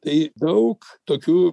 tai daug tokių